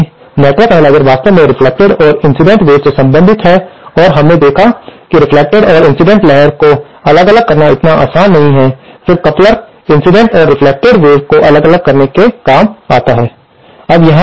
अब चूंकि network analyser वास्तव में रेफ्लेक्टेड और इंसिडेंट वेव से संबंधित है और हमने देखा कि रेफ्लेक्टेड और इंसिडेंट लहर को अलग करना इतना आसान नहीं है फिर कपलर इंसिडेंट और रेफ्लेक्टेड वेव्स को अलग करने में काम आते हैं